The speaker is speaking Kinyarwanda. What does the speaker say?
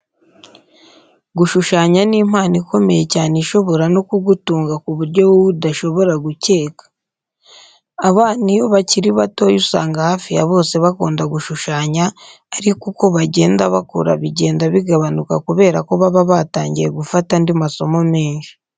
Gushushanya ni impano ikomeye cyane ishobora no kugutunga ku buryo wowe udashobora gukeka. Abana iyo bakiri batoya usanga hafi ya bose bakunda gushushanya ariko uko bagenda bakura bigenda bigabanuka kubera ko baba batangiye gufata andi masomo menshi.